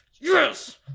yes